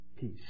peace